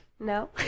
No